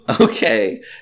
Okay